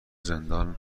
زندان